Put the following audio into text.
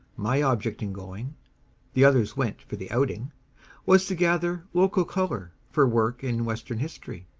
my object in going the others went for the outing was to gather local color for work in western history.